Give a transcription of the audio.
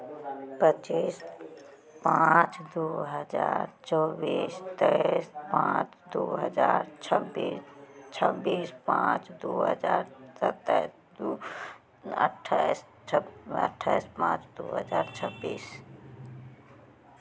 पच्चीस पाँच दू हजार चौबीस तेइस पाँच दू हजार छब्बीस छब्बीस पाँच दू हजार सत्ताइस दू अठाइस छब अठाइस पाँच दू हजार छब्बीस